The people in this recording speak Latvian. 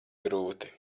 grūti